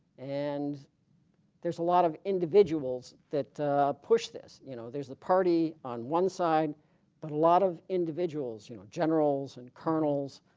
and there's a lot of individuals that push this you know there's the party on one side but a lot of individuals you know generals and colonels